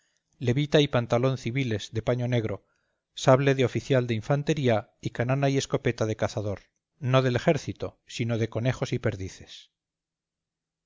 levita y pantalón civiles de paño negro sable de oficial de infantería y canana y escopeta de cazador no del ejército sino de conejos y perdices